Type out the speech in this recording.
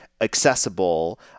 accessible